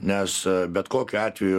nes bet kokiu atveju